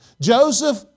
Joseph